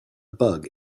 bug